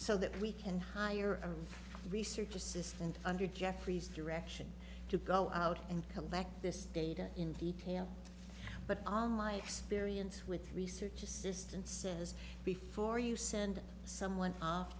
so that we can hire a research assistant under jeffries direction to go out and collect this data in detail but all my experience with research assistants says before you send someone off